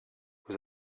vous